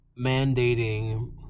mandating